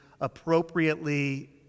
appropriately